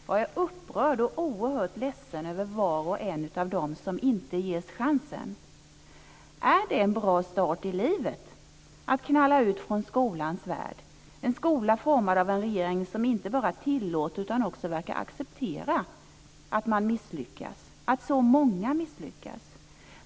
Jag är upprörd och oerhört ledsen över var och en av dem som inte ges chansen. Är det en bra start i livet att knalla ut från skolans värld, en skola formad av en regering som inte bara tillåter utan också verkar acceptera att man misslyckas, att så många misslyckas?